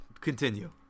continue